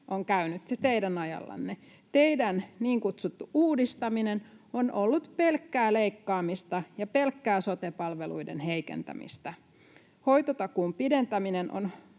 on käynyt teidän ajallanne? Teidän niin kutsuttu uudistamisenne on ollut pelkkää leikkaamista ja pelkkää sote-palveluiden heikentämistä. Hoitotakuun pidentäminen on